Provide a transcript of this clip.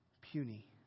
puny